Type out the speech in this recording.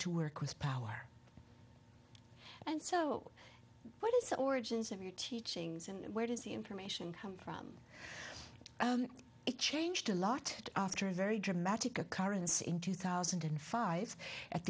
to work with power and so what is the origins of your teachings and where does the information come from it changed a lot after a very dramatic occurrence in two thousand and five at